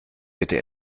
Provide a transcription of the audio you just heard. bitte